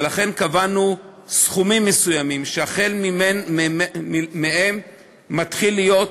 ולכן קבענו סכומים מסוימים שהחל מהם זה מתחיל להיות,